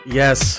yes